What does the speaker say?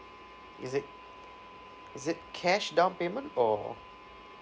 is it is it cash down payment or